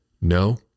No